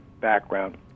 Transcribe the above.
background